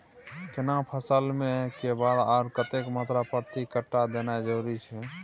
केना फसल मे के खाद आर कतेक मात्रा प्रति कट्ठा देनाय जरूरी छै?